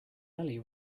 alley